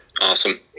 Awesome